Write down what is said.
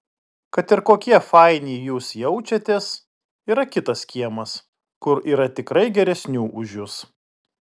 kad ir kokie faini jūs jaučiatės yra kitas kiemas kur yra tikrai geresnių už jus